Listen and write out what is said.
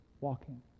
walking